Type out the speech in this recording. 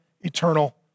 eternal